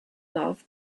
love